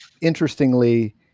interestingly